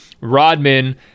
Rodman